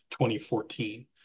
2014